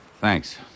Thanks